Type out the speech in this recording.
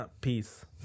peace